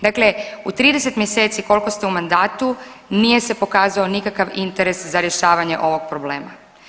Dakle, u 30 mjeseci koliko ste u mandatu nije se pokazao nikakav interes za rješavanje ovog problema.